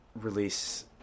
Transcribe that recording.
release